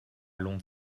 long